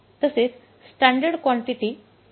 तसेच standard quantity काय असेल